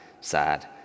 sad